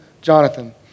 Jonathan